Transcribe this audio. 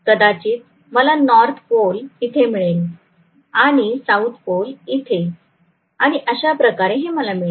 कदाचित मला north pole इथे मिळेल आणि साऊथ पोल इथे आणि अशाप्रकारे हे मला मिळेल